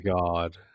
god